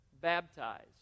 baptized